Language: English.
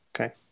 Okay